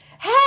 hey